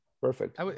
perfect